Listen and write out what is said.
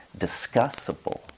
discussable